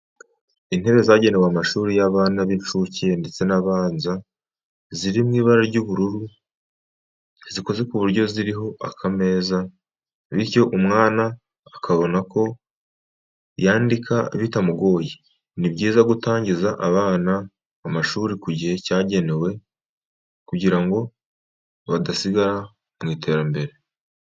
Intebe zagenewe amashuri y'abana b'incuke ndetse n'abanza ziri mu ibara ry'ubururu zikoze ku buryo ziriho akameza, bityo umwana akabona uko yandika bitamugoye. Ni byiza gutangiza abana bacu amashuri ku gihe cyagenwe kugira ngo badasigara mu iterambere.